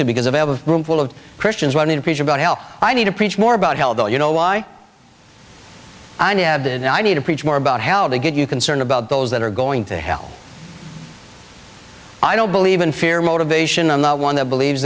to because of a room full of christians wanting to preach about hell i need to preach more about hell though you know why i now have that i need to preach more about how they get you concerned about those that are going to hell i don't believe in fear motivation i'm not one that believes